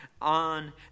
on